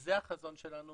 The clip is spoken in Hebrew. וזה החזון שלנו,